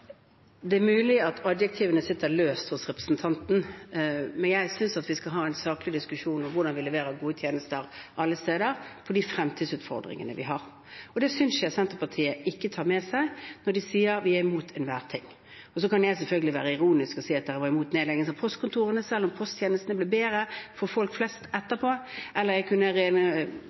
Det er mulig at adjektivene sitter løst hos representanten, men jeg synes vi skal ha en saklig diskusjon om hvordan vi leverer gode tjenester alle steder for de fremtidsutfordringene vi har. Det synes jeg Senterpartiet ikke tar med seg når de sier at de er imot enhver ting. Jeg kan selvfølgelig være ironisk og si at de var imot nedlegging av postkontorene, selv om posttjenestene ble bedre for folk flest etterpå, eller jeg kunne